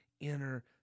inner